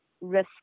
risk